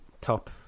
top